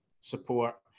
support